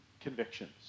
convictions